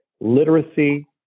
literacy